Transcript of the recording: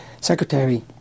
Secretary